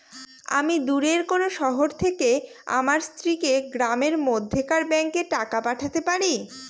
আমি দূরের কোনো শহর থেকে আমার স্ত্রীকে গ্রামের মধ্যেকার ব্যাংকে টাকা পাঠাতে পারি?